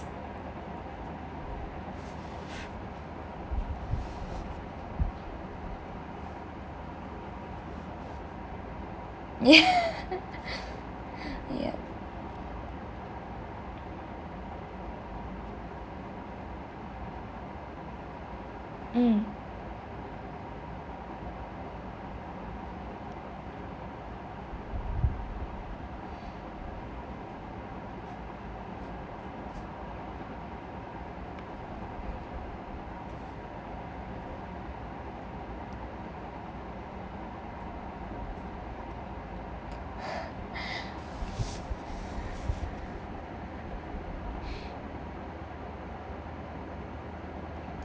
yeah yeah mm